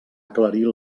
aclarir